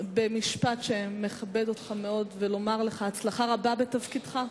במשפט שמכבד אותך מאוד ולומר לך הצלחה רבה בתפקידך.